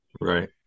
Right